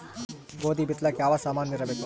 ಗೋಧಿ ಬಿತ್ತಲಾಕ ಯಾವ ಸಾಮಾನಿರಬೇಕು?